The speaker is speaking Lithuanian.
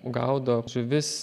gaudo žuvis